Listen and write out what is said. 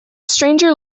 stranger